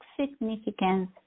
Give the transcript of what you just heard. significance